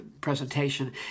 presentation